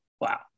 Wow